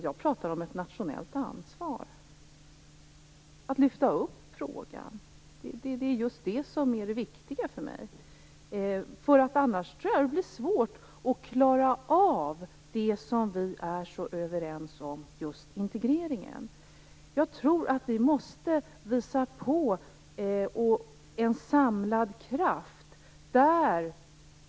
Jag talar om ett nationellt ansvar, om att frågan lyfts upp till den nivån. Det är det viktiga för mig. Om inte så sker tror jag att det blir svårt att klara av vad vi är så överens om, nämligen integreringen. Jag tror att vi måste visa på en samlad kraft.